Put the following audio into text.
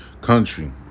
country